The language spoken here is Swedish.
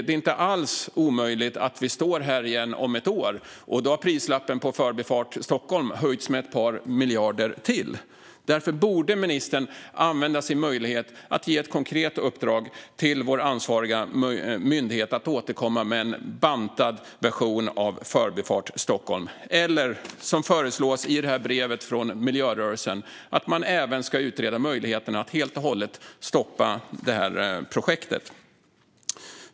Det är inte alls omöjligt att vi står här igen om ett år, och då har prislappen på Förbifart Stockholm höjts med ett par miljarder till. Därför borde ministern använda sin möjlighet att ge ett konkret uppdrag till vår ansvariga myndighet att återkomma med en bantad version av Förbifart Stockholm. Eller så kan man göra som föreslås i det här brevet som jag håller upp från miljörörelsen och även utreda möjligheten att helt och hållet stoppa projektet.